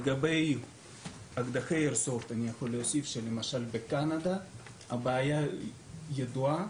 לגבי אקדחי איירסופט אני יכול להוסיף שלמשל בקנדה הבעיה ידועה.